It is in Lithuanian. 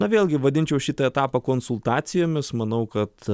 na vėlgi vadinčiau šitą etapą konsultacijomis manau kad